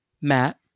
Matt